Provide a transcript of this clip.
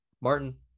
Martin